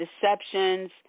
deceptions